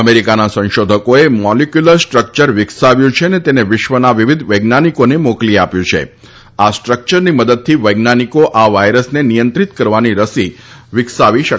અમેરીકાના સંશોધકોએ molecular structure વિકસાવ્યો છે અને તેને વિશ્વના વિવિધ વૈજ્ઞાનિકોને મોકલી આપ્યુ છે આ સ્ટ્રકચરની મદદથી વૈજ્ઞાનિકો આ વાયરસને નિયંત્રિત કરવાની રસી વિકસાવી શકશે